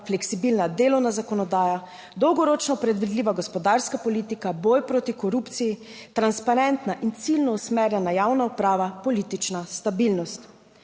fleksibilna delovna zakonodaja, dolgoročno predvidljiva gospodarska politika, boj proti korupciji, transparentna in ciljno usmerjena javna uprava, politična stabilnost.